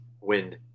win